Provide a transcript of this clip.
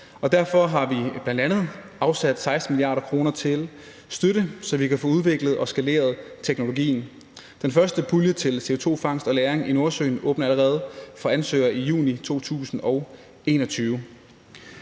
Derfor har vi bl.a. afsat 16 mia. kr. til støtte, så vi kan få udviklet og skaleret teknologien. Den første pulje til CO2-fangst og -lagring i Nordsøen åbner allerede for ansøgere i juni 2021.